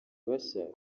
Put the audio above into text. bashya